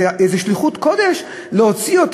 זה איזה שליחות קודש להוציא אותו,